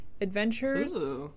adventures